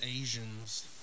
Asians